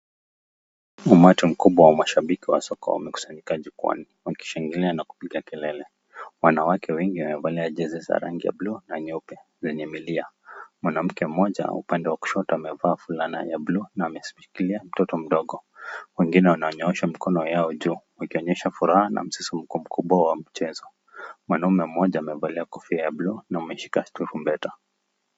Umati mkubwa wa mashabiki wa soka wamekusanyika jukwaani wakishangilia na kupiga kelele. Wanawake wengi wamevalia jezi za rangi ya bluu na nyeupe zenye milia. Mwanamke mmoja upande wa kushoto amevaa fulana ya bluu na ameshikilia mtoto mdogo. Wengine wananyoosha mikono yao juu ikionyesha furaha na msisimuko mkubwa wa mchezo. Mwanaume mmoja amevalia kofia ya bluu na ameshika tarumbeta.